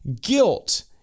Guilt